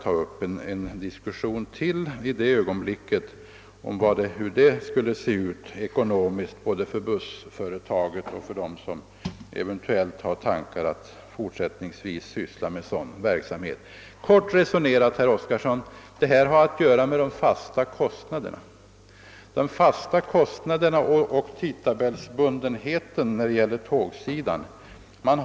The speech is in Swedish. Priserna beror kort sagt, herr Oskarson, på de fasta kostnaderna och tidtabelisbundenheten för tågtrafiken.